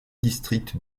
districts